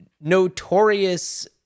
notorious